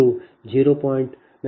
7 0